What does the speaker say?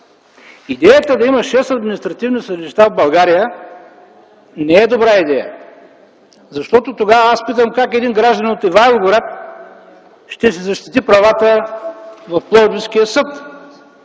Идеята да има шест административни съдилища в България не е добра идея, защото тогава аз питам как един гражданин от Ивайловград ще си защити правата в Пловдивския съд?